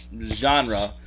genre